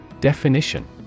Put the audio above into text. Definition